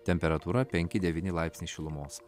temperatūra penki devyni laipsniai šilumos